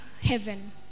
heaven